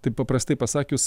taip paprastai pasakius